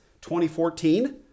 2014